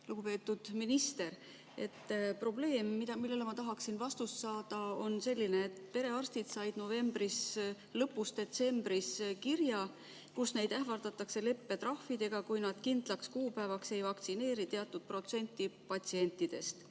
Lugupeetud minister! Probleem, millele ma tahaksin vastust saada, on selline. Perearstid said novembri lõpus või detsembris kirja, kus ähvardatakse leppetrahvidega, kui nad kindlaks kuupäevaks ei vaktsineeri teatud protsenti patsientidest.